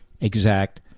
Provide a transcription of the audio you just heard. exact